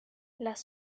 las